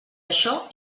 això